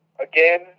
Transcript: Again